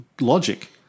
logic